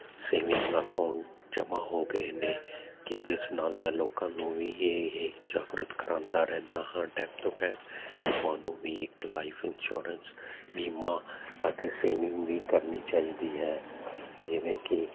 saving account ਜਮਾਂ ਹੋ ਗਏ ਨੇ ਕਿ ਜਿਸ ਨਾਲ ਮੈਂ ਲੋਕਾਂ ਨੂੰ ਵੀ ਇਹ ਜਾਗਰੂਕ ਕਰਾਉਂਦਾ ਰਹਿੰਦਾ ਹਾਂ ਟਾਈਮ ਤੋਂ ਟਾਈਮ ਇਹ ਤੁਹਾਨੂੰ ਵੀ ਇੱਕ ਲਾਈਫ ਇੰਸ਼ੋਰੈਂਸ ਬੀਮਾਂ ਅਤੇ ਸੇਵਿੰਗ ਵੀ ਕਰਨੀ ਚਾਹੀਦੀ ਹੈ ਜਿਵੇਂ ਕਿ